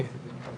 כן.